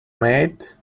mate